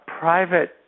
private